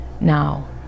now